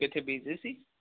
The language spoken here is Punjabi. ਇਥੇ ਸੀ